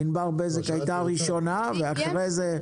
ענבר בזק הראשונה, ולאחריה,